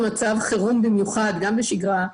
במיוחד במצב חירום אבל גם בשגרה,